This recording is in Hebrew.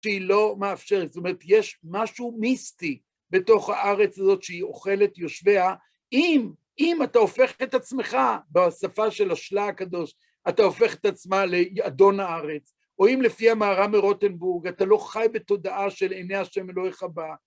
שהיא לא מאפשרת, זאת אומרת, יש משהו מיסטי בתוך הארץ הזאת שהיא אוכלת יושביה, אם, אם אתה הופך את עצמך, בשפה של השל"ה הקדוש, אתה הופך את עצמה לאדון הארץ, או אם לפי המהר"ם מרוטנבורג, אתה לא חי בתודעה של "עיני ה' אלוהיך בה",